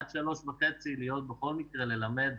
עד 15:30 בכל מקרה ללמד,